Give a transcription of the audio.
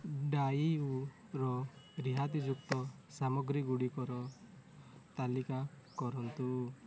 ଡାଇଉର ରିହାତି ଯୁକ୍ତ ସାମଗ୍ରୀ ଗୁଡ଼ିକର ତାଲିକା କରନ୍ତୁ